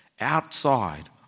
outside